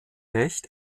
recht